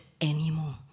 anymore